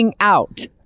out